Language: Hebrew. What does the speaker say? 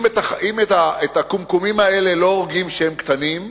אם את הקומקומים האלה לא הורגים כשהם קטנים,